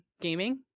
gaming